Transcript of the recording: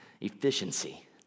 Efficiency